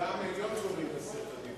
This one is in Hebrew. בטעם עליון קוראים את עשרת הדיברות.